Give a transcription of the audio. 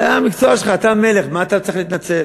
זה המקצוע שלך, אתה מלך, מה אתה צריך להתנצל?